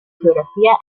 geografía